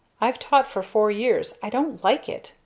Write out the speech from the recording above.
i've taught for four years. i don't like it,